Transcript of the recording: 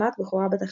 בהשמעת בכורה בתחנה.